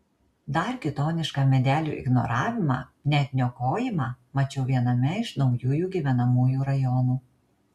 dar kitonišką medelių ignoravimą net niokojimą mačiau viename iš naujųjų gyvenamųjų rajonų